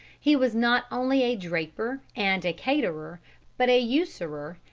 he was not only a draper and caterer but a usurer,